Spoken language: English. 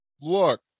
look